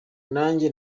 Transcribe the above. nanjye